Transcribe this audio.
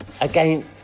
Again